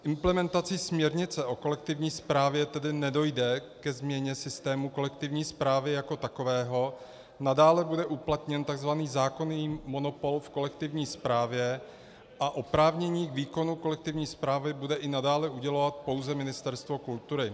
Implementací směrnice o kolektivní správě tedy nedojde ke změně systému kolektivní správy jako takového, nadále bude uplatněn takzvaný zákonný monopol v kolektivní správě a oprávnění k výkonu kolektivní správy bude i nadále udělovat pouze Ministerstvo kultury.